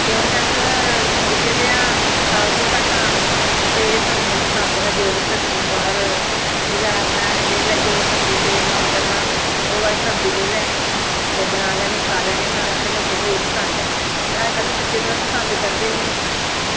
क्युंकि अस गिज्झै दे आं साग टोड्डा खान असें एह् सब्जियां पसंद न जो बी सब्जियां बाह्र बजार लेई लैने जो मन करना ते ओह् आह्ली सब्जी लेई लैनी बनानी ते खाई लैनी ते एह् असें लोकें ई एह् पसंद ऐ ते अजकल्ल बच्चे एह् पसंद करदे निं